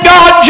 God